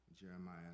Jeremiah